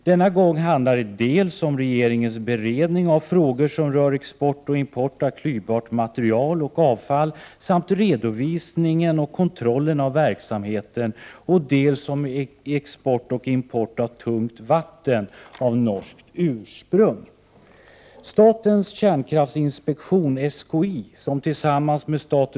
Denna gång handlar det dels om regeringens beredning av frågor som rör export och import av klyvbart material och avfall samt redovisningen och kontrollen av verksamheten, dels om export och import av tungt vatten av norskt ursprung.